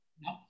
No